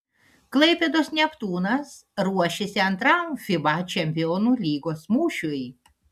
klaipėdos neptūnas ruošiasi antram fiba čempionų lygos mūšiui